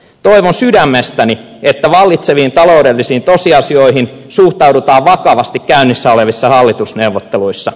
toivon sydämestäni että vallitseviin taloudellisiin tosiasioihin suhtaudutaan vakavasti käynnissä olevissa hallitusneuvotteluissa